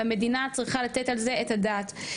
והמדינה צריכה לתת על זה את הדעת,